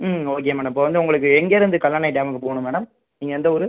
ம் okay madam இப்போ வந்து உங்களுக்கு எங்கேயிருந்து கல்லணை டேமுக்கு போகணும் மேடம் நீங்கள் எந்த ஊர்